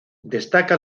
destaca